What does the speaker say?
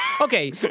okay